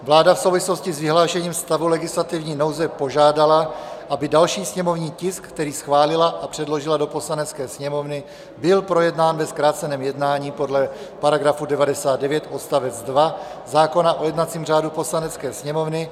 Vláda v souvislosti s vyhlášením stavu legislativní nouze požádala, aby další sněmovní tisk, který schválila a předložila do Poslanecké sněmovny, byl projednán ve zkráceném jednání podle § 99 odst. 2 zákona o jednacím řádu Poslanecké sněmovny.